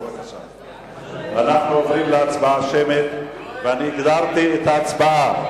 אנחנו עוברים להצבעה שמית, ואני הגדרתי את ההצבעה.